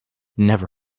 never